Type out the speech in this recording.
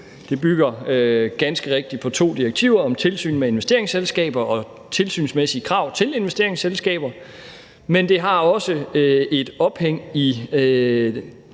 Det bygger ganske rigtigt på to direktiver om tilsyn med investeringsselskaber og tilsynsmæssige krav til investeringsselskaber, men det har også et ophæng i